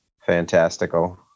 fantastical